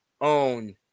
own